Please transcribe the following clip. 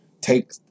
take